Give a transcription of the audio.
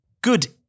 Good